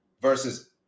versus